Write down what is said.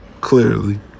clearly